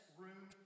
room